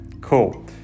cool